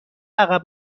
عقب